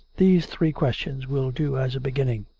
these three questions will do as a beginning.